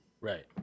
Right